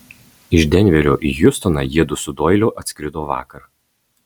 iš denverio į hjustoną jiedu su doiliu atskrido vakar